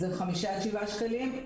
זה חמישה עד שבעה שקלים.